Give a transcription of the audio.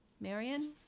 Marion